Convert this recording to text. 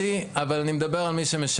קטונתי, אבל אני מדבר על מי שמשלם.